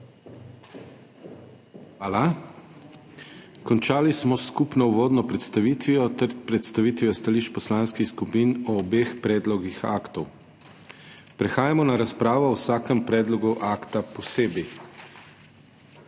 Hvala. Končali smo s skupno uvodno predstavitvijo ter predstavitvijo stališč poslanskih skupin o obeh predlogih aktov. Prehajamo na razpravo o vsakem predlogu akta posebej.